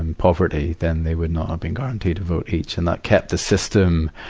and poverty, then they would not have been counted a vote each. and that kept the system,